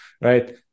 right